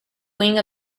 wing